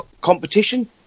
competition